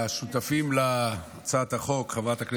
סדר-היום: הצעת חוק הביטוח הלאומי (תשלום